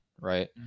right